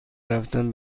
رفتن